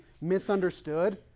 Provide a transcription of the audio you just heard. misunderstood